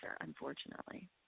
unfortunately